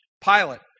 Pilot